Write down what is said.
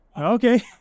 Okay